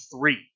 three